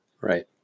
right